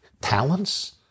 talents